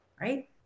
right